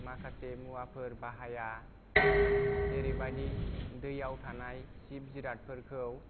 माखासे मुवाफोर बाहाया जेरैबायदि दैआव थानाय जिब जिरादफोरखौ